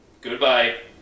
Goodbye